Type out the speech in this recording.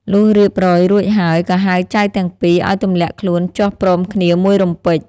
លុះរៀបរយរួចហើយ ក៏ហៅចៅទាំងពីរឱ្យទម្លាក់ខ្លួនចុះព្រមគ្នាមួយរំពេច។